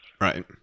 Right